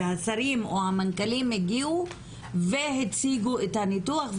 השרים או המנכ"לים הגיעו והציגו את הניתוח,